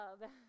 love